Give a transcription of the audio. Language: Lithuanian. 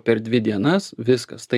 per dvi dienas viskas tai